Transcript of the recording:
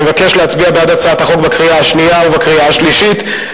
אני מבקש להצביע בעד הצעת החוק בקריאה השנייה ובקריאה השלישית,